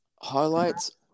Highlights